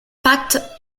pattes